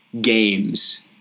games